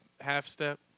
half-step